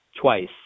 twice